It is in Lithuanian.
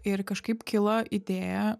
ir kažkaip kilo idėja